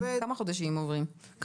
כמה חודשים כבר,